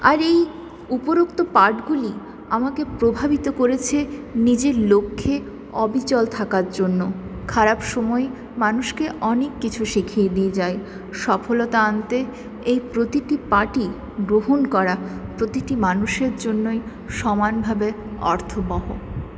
আর এই উপরোক্ত পাঠগুলি আমাকে প্রভাবিত করেছে নিজের লক্ষ্যে অবিচল থাকার জন্য খারাপ সময় মানুষকে অনেক কিছু শিখিয়ে দিয়ে যায় সফলতা আনতে এর প্রতিটি পাঠই গ্রহণ করা প্রতিটি মানুষের জন্যই সমানভাবে অর্থবহ